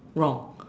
wrong